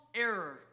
error